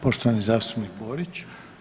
Poštovani zastupnik Borić.